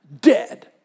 dead